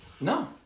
No